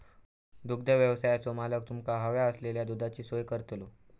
दुग्धव्यवसायाचो मालक तुमका हव्या असलेल्या दुधाची सोय करतलो